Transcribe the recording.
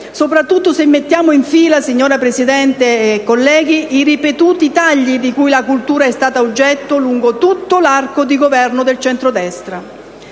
soprattutto se mettiamo in fila, signora Presidente, colleghi, i ripetuti tagli di cui la cultura è stata oggetto durante tutto l'arco di governo del centrodestra.